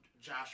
Josh